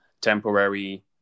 temporary